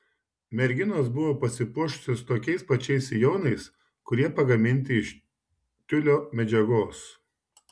merginos buvo pasipuošusios tokiais pačiais sijonais kurie pagaminti iš tiulio medžiagos